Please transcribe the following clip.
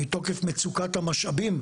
מתוקף מצוקת המשאבים,